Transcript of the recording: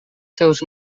seus